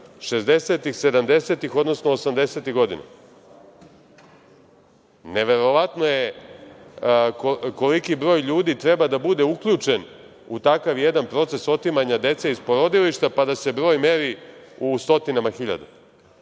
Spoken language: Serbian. odnosno osamdesetih godina. Neverovatno je koliki broj ljudi treba da bude uključen u takav jedan proces otimanja dece iz porodilišta, pa da se broj meri u stotinama hiljada.